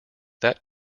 that